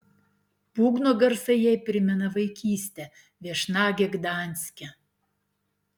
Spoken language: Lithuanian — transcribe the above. būgno garsai jai primena vaikystę viešnagę gdanske